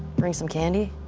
bring some candy.